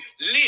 live